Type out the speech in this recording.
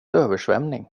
översvämning